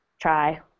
try